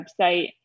website